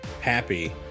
happy